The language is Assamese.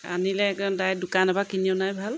আনিলে একদম ডাৰেক্ট দোকানৰ পৰা কিনি অনাই ভাল